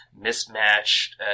mismatched